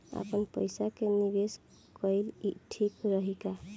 आपनपईसा के निवेस कईल ठीक रही का?